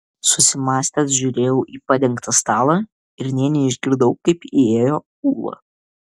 susimąstęs žiūrėjau į padengtą stalą ir nė neišgirdau kaip įėjo ula